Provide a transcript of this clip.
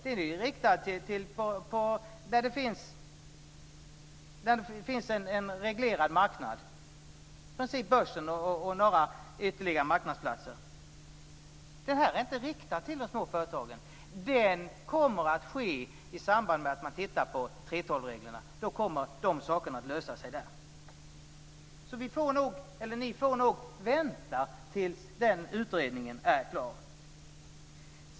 Den är riktad mot en reglerad marknad, i princip börsen och några ytterligare marknadsplatser. Det här är inte riktat mot de små företagen. I samband med att man tittar på 3:12 reglerna kommer dessa saker att lösa sig. Ni får nog vänta tills den utredningen är klar.